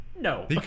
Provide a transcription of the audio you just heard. No